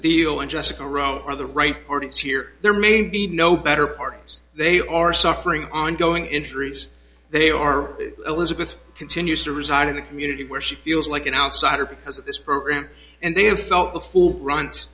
deal and jessica are the right parties here there may be no better parties they are suffering ongoing injuries they are elizabeth continues to reside in a community where she feels like an outsider because of this program and they have felt the full brunt